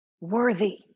worthy